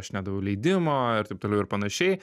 aš nedaviau leidimo ir taip toliau ir panašiai